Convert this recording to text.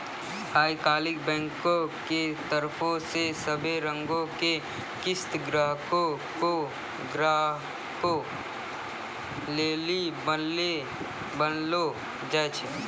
आई काल्हि बैंको के तरफो से सभै रंगो के किस्त ग्राहको लेली बनैलो जाय छै